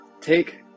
take